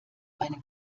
einen